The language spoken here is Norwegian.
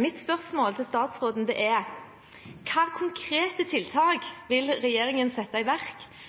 Mitt spørsmål til statsråden er: Hvilke konkrete tiltak vil regjeringen sette i verk